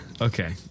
Okay